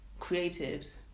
creatives